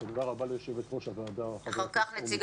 תודה רבה ליו"ר הוועדה חה"כ אורלי